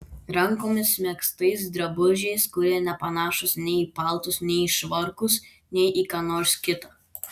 rankomis megztais drabužiais kurie nepanašūs nei į paltus nei į švarkus nei į ką nors kita